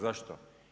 Zašto?